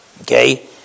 Okay